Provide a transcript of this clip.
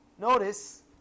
Notice